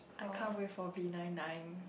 I can't wait for V nine nine